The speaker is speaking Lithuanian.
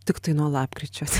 tiktai nuo lapkričio